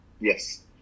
Yes